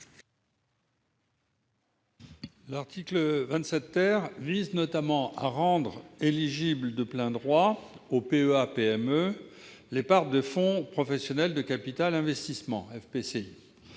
L'article 27 vise notamment à rendre éligibles de plein droit au PEA-PME les parts de fonds professionnels de capital investissement, les FPCI.